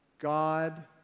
God